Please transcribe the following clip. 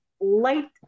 light